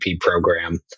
program